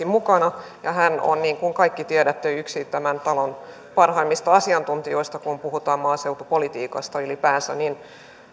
mukana ja hän on niin kuin kaikki tiedätte yksi tämän talon parhaimmista asiantuntijoista kun puhutaan maaseutupolitiikasta ylipäänsä